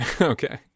Okay